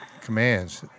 commands